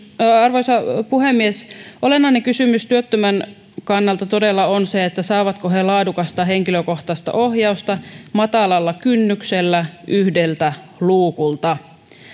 arvoisa puhemies olennainen kysymys työttömien kannalta todella on se saavatko he laadukasta henkilökohtaista ohjausta matalalla kynnyksellä yhdeltä luukulta